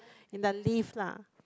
in the least lah